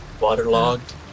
Waterlogged